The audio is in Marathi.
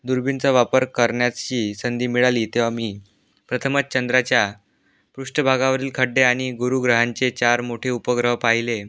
दुर्भिणचा वापर करण्याची संधी मिळाली तेव्हा मी प्रथमच चंद्राच्या पृष्ठभागावरील खड्डे आणि गुरुग्रहांचे चार मोठे उपग्रह पाहिले